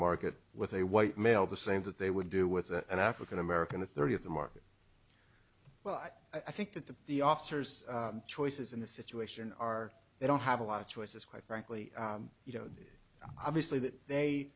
market with a white male the same that they would do with an african american to thirty of the market well i think that the the officers choices in the situation are they don't have a lot of choices quite frankly you know obviously that they